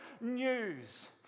news